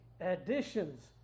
additions